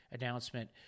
announcement